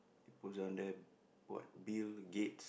who's on the what Bill-Gates